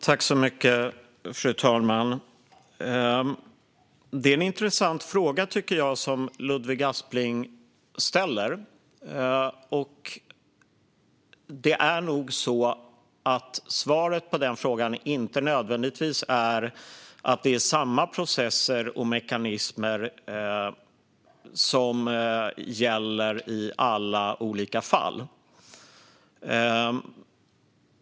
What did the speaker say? Fru talman! Ludvig Aspling ställer en intressant fråga. Svaret på den är nog att det inte nödvändigtvis är samma processer och mekanismer som gäller i alla olika fall.